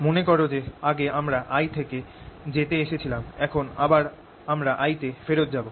মনে কর যে আগে আমরা I থেকে j তে এসেছিলাম এখন আবার আমরা I তে ফেরত যাব